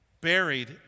buried